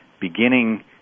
beginning